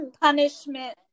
Punishment